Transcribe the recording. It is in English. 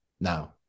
now